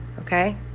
okay